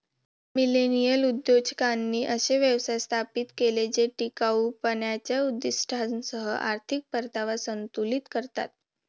millennial उद्योजकांनी असे व्यवसाय स्थापित केले जे टिकाऊपणाच्या उद्दीष्टांसह आर्थिक परतावा संतुलित करतात